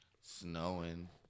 Snowing